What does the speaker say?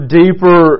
deeper